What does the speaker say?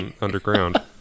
underground